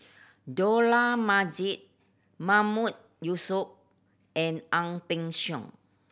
Dollah Majid Mahmood Yusof and Ang Peng Siong